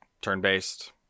turn-based